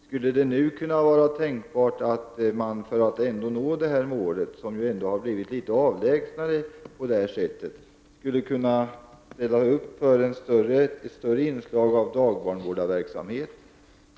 Skulle det nu kunna vara tänkbart för att nå detta mål, som ändå har blivit litet mer avlägset, att ställa upp för ett större inslag av dagbarnvårdarverksamhet?